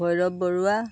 Bhairav Barua